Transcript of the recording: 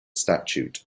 statute